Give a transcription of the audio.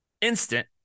instant